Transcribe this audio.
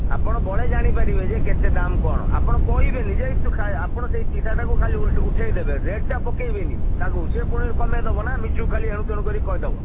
ଆପଣ ବଳେ ଜାଣିପାରିବେ ଯେ କେତେ ଦାମ୍ କ'ଣ ଆପଣ କହିବେନି ଯେ ଆପଣ ସେ ଚିଠାଟାକୁ ଖାଲି ଉଠାଇଦେବେ ରେଟ୍ଟା ପକାଇବେନି ତାକୁ ସେ ପୁଣି କମାଇଦେବ ନା ମିଛକୁ ଖାଲି ଏଣୁତେଣୁ କରି କହିଦେବ